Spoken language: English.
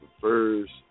first